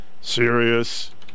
serious